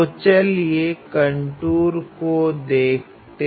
तो चलिए कंटूर को देखते हा